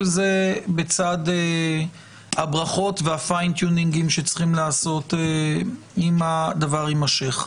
כל זה בצד הברכות וה-fine tuning שצריכים להיעשות אם הדבר יימשך.